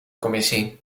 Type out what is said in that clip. commissie